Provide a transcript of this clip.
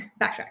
backtrack